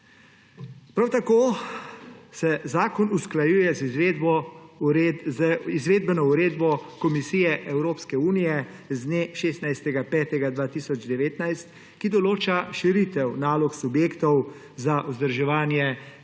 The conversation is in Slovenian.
Prav tako se zakon usklajuje z izvedbeno uredbo Komisije Evropske unije z dne 16. 5. 2019, ki določa širitev nalog subjektov za vzdrževanje